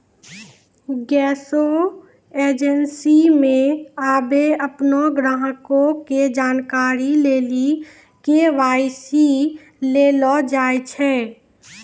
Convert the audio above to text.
गैसो एजेंसी मे आबे अपनो ग्राहको के जानकारी लेली के.वाई.सी लेलो जाय छै